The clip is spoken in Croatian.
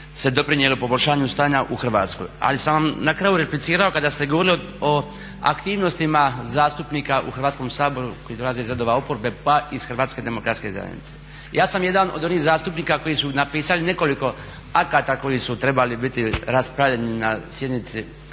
se doprinijelo poboljšanju stanja u Hrvatskoj. Ali sam vam na kraju replicirao kada ste govorili o aktivnostima zastupnika u Hrvatskom saboru koji dolazi iz redova oporbe, pa i iz Hrvatske demokratske zajednice. Ja sam jedan od onih zastupnika koji su napisali nekoliko akata koji su trebali biti raspravljeni na sjednici